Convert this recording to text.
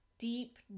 deep